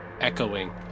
echoing